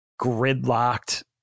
gridlocked